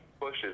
pushes